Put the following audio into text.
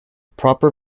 proper